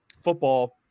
Football